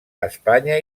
espanya